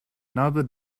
another